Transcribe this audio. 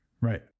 right